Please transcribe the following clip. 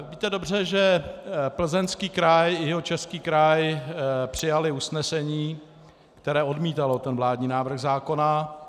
Víte dobře, že Plzeňský kraj i Jihočeský kraj přijaly usnesení, které odmítalo ten vládní návrh zákona.